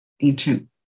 ancient